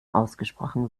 ausgesprochen